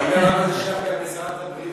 אני אומר את זה מפני שזה שייך גם לשרת הבריאות.